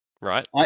right